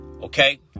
Okay